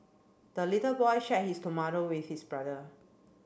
the little boy share his tomato with his brother